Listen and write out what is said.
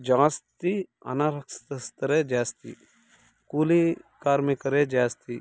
ಜಾಸ್ತಿ ಅನಕ್ಷರಸ್ತರೇ ಜಾಸ್ತಿ ಕೂಲಿ ಕಾರ್ಮಿಕರೇ ಜಾಸ್ತಿ